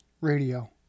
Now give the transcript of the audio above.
radio